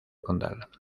condal